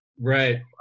Right